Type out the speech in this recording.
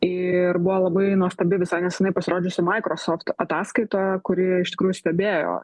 ir buvo labai nuostabi visai neseniai pasirodžiusi microsoft ataskaita kuri iš tikrųjų stebėjo